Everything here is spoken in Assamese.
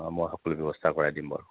অঁ মই সকলো ব্যৱস্থা কৰাই দিম বাৰু